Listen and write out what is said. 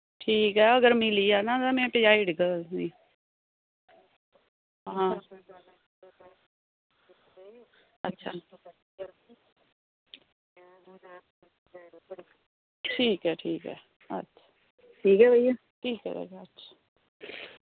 ठीक ऐ अगर मिली 'आ तां में पज़ाई ओड़गा तुसेंगी हां अच्छा ठीक ऐ ठीक ऐ अच्छा ठीक ऐ